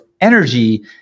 energy